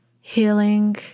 healing